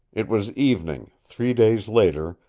it was evening, three days later,